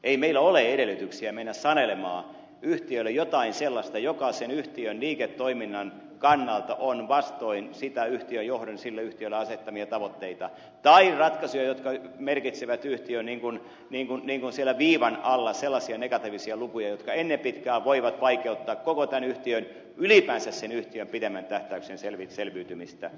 ei meillä ole edellytyksiä mennä sanelemaan yhtiöille jotain sellaista joka sen yhtiön liiketoiminnan kannalta on vastoin sitä yhtiön johdon sille yhtiölle asettamia tavoitteita tai ratkaisuja jotka merkitsevät yhtiön siellä viivan alla sellaisia negatiivisia lukuja jotka ennen pitkää voivat vaikeuttaa koko tämän yhtiön ylipäänsä sen yhtiön pitemmän tähtäyksen selviytymistä